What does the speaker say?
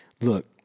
look